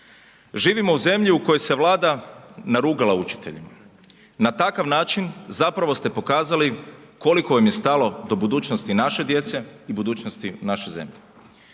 Živimo u zemlji u kojoj se Vlada narugala učiteljima, na takav način zapravo ste pokazali koliko vam je stalo do budućnosti naše djece i budućnosti naše zemlje.